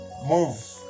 move